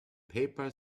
paper